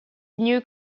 new